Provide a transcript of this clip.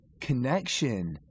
connection